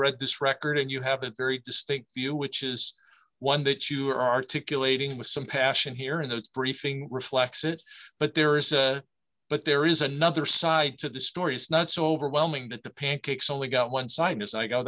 read this record and you have a very distinct view which is one that you are articulating with some passion here in the briefing reflects it but there is but there is another side to the story is not so overwhelming that the pancakes only got one side as i go